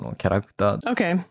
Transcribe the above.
Okay